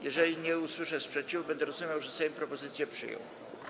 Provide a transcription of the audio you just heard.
Jeżeli nie usłyszę sprzeciwu, będę rozumiał, że Sejm propozycję przyjął.